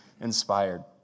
inspired